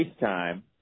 FaceTime